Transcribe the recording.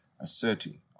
asserting